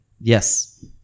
Yes